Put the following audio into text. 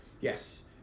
Yes